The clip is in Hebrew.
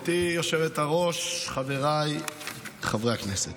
גברתי היושבת-ראש, חבריי חברי הכנסת,